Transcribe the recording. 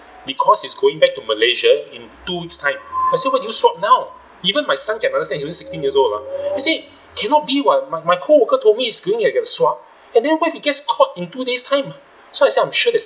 because he's going back to malaysia in two weeks time I say why do you swab now even my son can understand he's only sixteen years old lah he said cannot be [what] my my my co-worker told me he's going to get a swab and then what if he gets caught in two days time so I said I'm sure there's